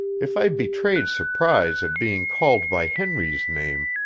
if i betrayed surprise at being called by henry's name,